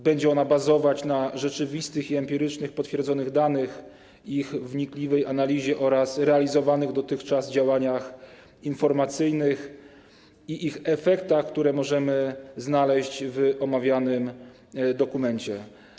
Będzie ona bazować na rzeczywistych i empirycznych potwierdzonych danych, ich wnikliwej analizie oraz realizowanych dotychczas działaniach informacyjnych i ich efektach, które możemy znaleźć w omawianym dokumencie.